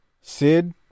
sid